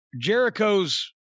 jericho's